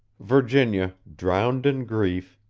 virginia, drowned in grief,